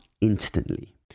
instantly